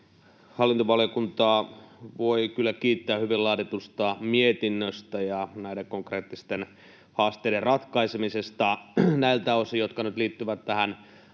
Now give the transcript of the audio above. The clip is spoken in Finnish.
Hallintovaliokuntaa voi kyllä kiittää hyvin laaditusta mietinnöstä ja näiden konkreettisten haasteiden ratkaisemisesta näiltä osin, jotka nyt liittyvät tähän